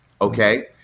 Okay